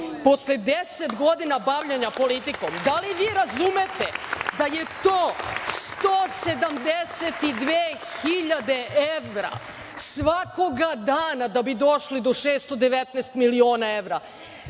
posle 10 godina bavljenja politikom. Da li vi razumete da je to 172 hiljade evra svakog dana da bi došli do 619 miliona evra. Dame